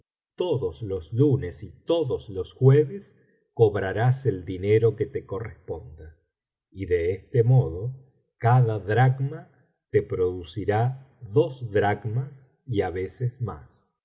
todos los lunes y todos los jueves cobrarás el dinero que te corresponda y de este modo cada dracma te producirá dos dracmas y á veces más